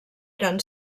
eren